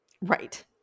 right